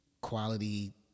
quality